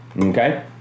okay